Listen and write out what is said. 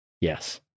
Yes